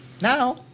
Now